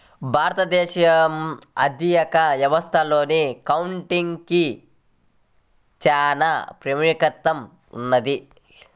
భారతదేశ ఆర్ధిక వ్యవస్థలో అకౌంటింగ్ కి చానా ప్రాముఖ్యత ఉన్నది